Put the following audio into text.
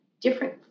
different